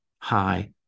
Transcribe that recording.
high